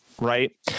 right